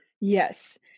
Yes